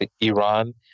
Iran